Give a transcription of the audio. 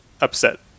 upset